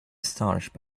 astonished